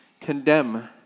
condemn